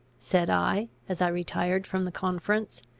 said i, as i retired from the conference.